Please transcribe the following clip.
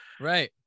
right